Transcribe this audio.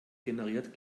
generiert